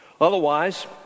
Otherwise